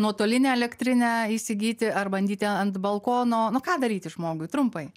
nuotolinę elektrinę įsigyti ar bandyti ant balkono nu ką daryti žmogui trumpai